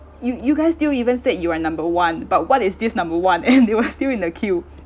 you you guys still even said you are number one but what is this number one and they were still in the queue